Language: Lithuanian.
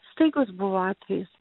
staigus buvo atvejis